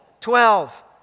Twelve